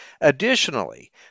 Additionally